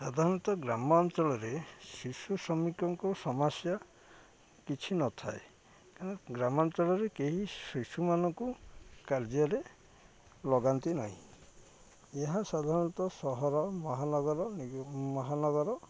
ସାଧାରଣତଃ ଗ୍ରାମାଞ୍ଚଳରେ ଶିଶୁ ଶ୍ରମିକଙ୍କ ସମସ୍ୟା କିଛି ନଥାଏ କାରଣ ଗ୍ରାମାଞ୍ଚଳରେ କେହି ଶିଶୁମାନଙ୍କୁ କାର୍ଯ୍ୟରେ ଲଗାନ୍ତି ନାହିଁ ଏହା ସାଧାରଣତଃ ସହର ମହାନଗର ମହାନଗର